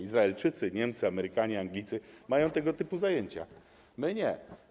Izraelczycy, Niemcy, Amerykanie czy Anglicy mają tego typu zajęcia, a my nie.